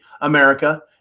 America